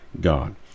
God